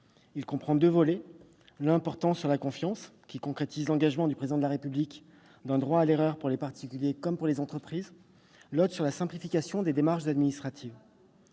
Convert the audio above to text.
loi comprend deux volets : le premier porte sur la confiance et concrétise l'engagement du Président de la République d'un droit à l'erreur pour les particuliers comme pour les entreprises ; le second concerne la simplification des démarches administratives.